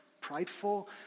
prideful